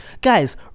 guys